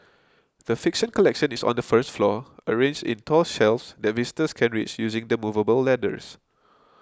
the fiction collection is on the first floor arranged in tall shelves that visitors can reach using the movable ladders